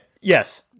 yes